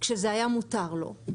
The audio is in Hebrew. כשזה היה מותר לו,